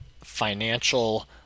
financial